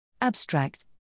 Abstract